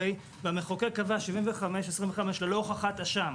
והמחוקק קבע 75-25 ללא הוכחת אשם,